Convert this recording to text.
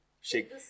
Shake